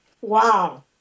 Wow